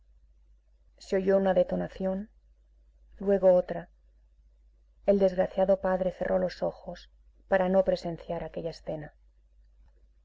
oyó una detonación luego otra el desgraciado padre cerró los ojos para no presenciar aquella escena